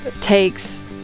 takes